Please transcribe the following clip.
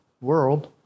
world